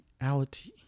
reality